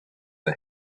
the